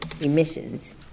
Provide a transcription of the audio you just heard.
emissions